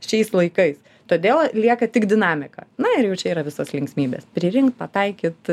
šiais laikais todėl lieka tik dinamika na ir jau čia yra visos linksmybės pririnkt pataikyt